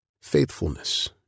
faithfulness